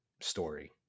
story